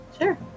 Sure